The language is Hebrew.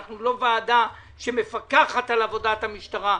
אנחנו לא ועדה שמפקחת על עבודת המשטרה,